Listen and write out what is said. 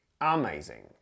Amazing